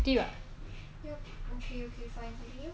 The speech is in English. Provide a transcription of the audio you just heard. I or I don't know you you answer me first I want to see your point of view